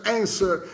answer